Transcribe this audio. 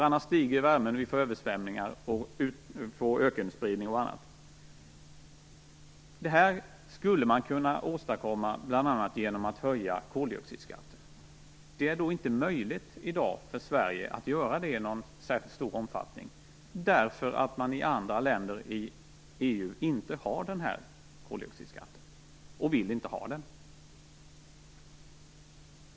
Annars stiger värmen och vi får översvämningar, ökenspridning och annat. Detta skulle man kunna åstadkomma bl.a. genom att höja koldioxidskatten. Det är då inte möjligt i dag för Sverige att göra det i någon särskilt stor omfattning, därför att man i andra länder i EU inte har denna koldioxidskatt och inte heller vill ha den.